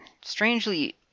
strangely